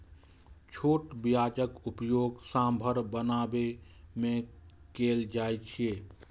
छोट प्याजक उपयोग सांभर बनाबै मे कैल जाइ छै